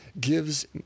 gives